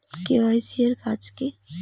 KYC এর কাজ কি?